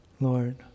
Lord